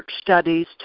studies